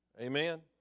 Amen